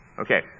Okay